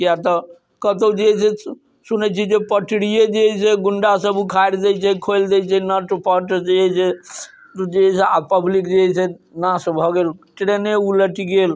किए तऽ कतौ जे है से सुनै छी जे पटरिए जे है से गुंडा सब उखाड़ि दै छै खोलि दै छै नट पट जे है से जे है से आ पब्लिक जे है से नाश भऽ गेल ट्रेने उलटि गेल